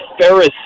Ferris